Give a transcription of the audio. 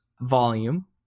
volume